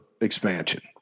Expansion